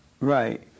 Right